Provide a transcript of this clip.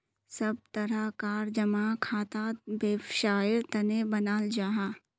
सब तरह कार जमा खाताक वैवसायेर तने बनाल जाहा